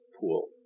pool